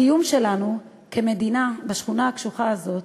הקיום שלנו כמדינה בשכונה הקשוחה הזו,